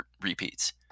repeats